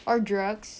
or drugs